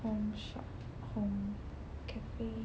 home shop home cafe